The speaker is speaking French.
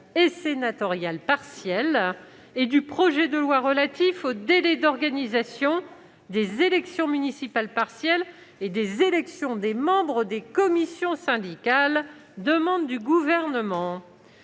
et sénatoriales partielles, et un projet de loi relatif aux délais d'organisation des élections municipales partielles et des élections des membres des commissions syndicales. Une fois encore,